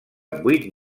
vuit